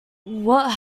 what